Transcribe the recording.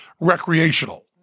recreational